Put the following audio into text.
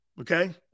Okay